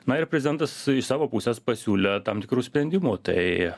na ir prezidentas iš savo pusės pasiūlė tam tikrų sprendimų tai